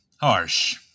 Harsh